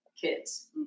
kids